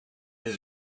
his